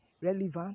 relevant